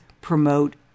promote